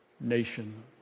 nation